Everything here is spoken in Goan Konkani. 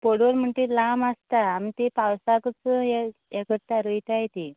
पडवळ म्हणटा ती लांब आसता आमी ते पावसाकच ये करताय रयताय ती